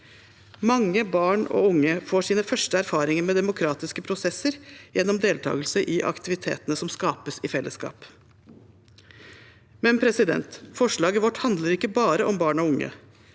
Mange barn og unge får sine første erfaringer med demokratiske prosesser gjennom deltagelse i aktivitetene som skapes i fellesskap. Samtidig handler ikke forslaget vårt bare om barn og unge.